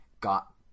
got